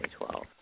2012